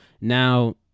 now